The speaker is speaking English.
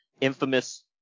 infamous